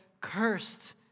Cursed